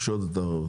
רשות התחרות.